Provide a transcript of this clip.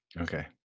Okay